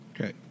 Okay